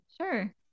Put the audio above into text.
Sure